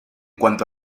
cuanto